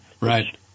Right